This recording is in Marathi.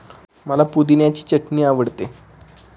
मला पुदिन्याची चटणी आवडते